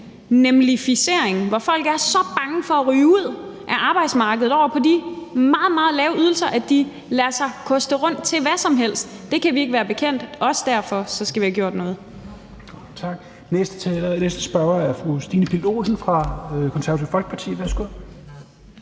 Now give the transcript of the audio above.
nemlig.com-ficering, hvor folk er så bange for at ryge ud af arbejdsmarkedet og over på de meget, meget lave ydelser, at de lader sig koste rundt med til hvad som helst. Det kan vi ikke være bekendt, og også derfor skal vi have gjort noget. Kl. 16:10 Tredje næstformand (Rasmus Helveg Petersen):